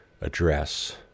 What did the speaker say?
address